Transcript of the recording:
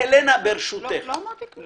אמרתי להם שלא אעשה את זה.